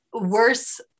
worse